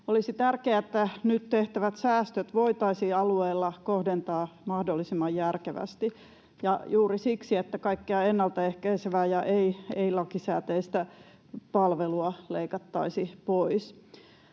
Olisi tärkeää, että nyt tehtävät säästöt voitaisiin alueilla kohdentaa mahdollisimman järkevästi, ja juuri siksi, että kaikkea ennaltaehkäisevää ja ei-lakisääteistä palvelua ei leikattaisi pois.